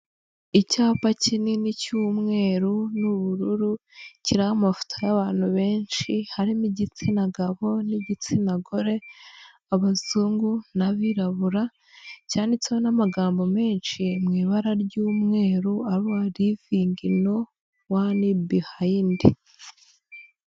Icyapa kinini cy'umweru n'ubururu kiriho amafoto y'abantu benshi harimo igitsina gabo n'igitsina gore abazungu n'abirabura cyanditseho n'amagambo menshi mu ibara ry'umweru livingi wani bihayindi.